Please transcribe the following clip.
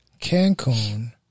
Cancun